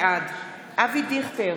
בעד אבי דיכטר,